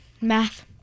math